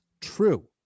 true